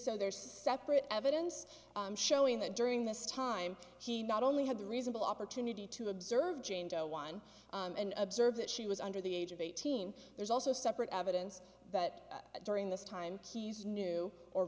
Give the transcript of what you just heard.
so there's separate evidence showing that during this time he not only had the reasonable opportunity to observe jane doe one and observe that she was under the age of eighteen there's also separate evidence but during this time he's knew or